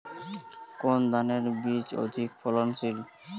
কোন ধানের বীজ অধিক ফলনশীল?